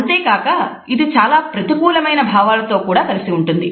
అంతేకాక ఇది చాలా ప్రతికూలమైన భావాలతో కలిసి ఉంటుంది